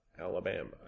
Alabama